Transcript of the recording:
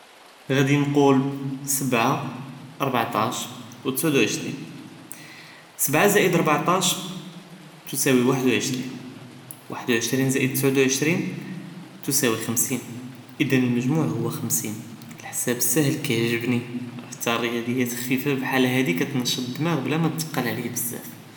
געהדי נקול שבעה רבעטאש ו תסעוד או עשרים, שבעה زائد רבעטאש תסווי אחד ו עשרים, אחד ו עשרים زائد תסעוד ו עשרים תסווי חמישים אם המג'موع הוא חמישים, החשאב הסאהל קיעجبני ו חתא הריאדיות הכפיפה כחאל האדי קتنשט הדמאע בלא מה תסתכל עליו בזאף.